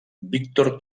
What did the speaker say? víctor